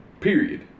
period